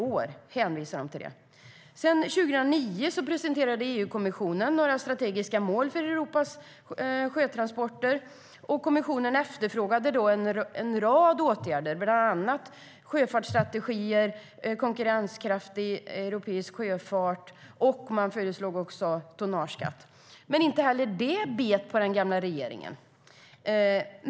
År 2009 presenterade EU-kommissionen några strategiska mål för Europas sjötransporter. Kommissionen efterfrågade då en rad åtgärder, bland annat sjöfartsstrategier och konkurrenskraft i europeisk sjöfart. Man föreslog också tonnageskatt. Inte heller det bet på den gamla regeringen.